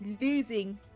losing